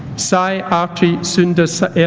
sai ah arrtthi sunderesan